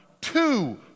two